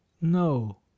no